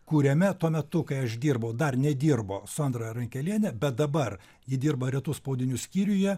kuriame tuo metu kai aš dirbau dar nedirbo sondra rankelienė bet dabar ji dirba retų spaudinių skyriuje